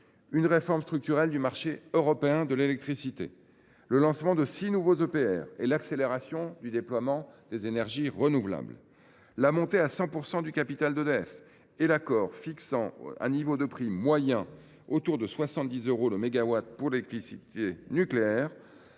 la réforme structurelle du marché européen de l’électricité, le lancement de six nouveaux EPR () et l’accélération du déploiement des énergies renouvelables, la montée à 100 % du capital d’EDF et l’accord fixant le niveau de prix moyen d’environ 70 euros le mégawattheure pour l’électricité nucléaire.